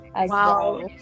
Wow